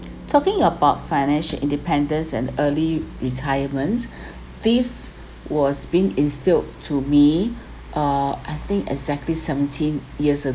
talking about financial independence and early retirement these was been instilled to me uh I think exactly seventeen years